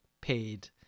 paid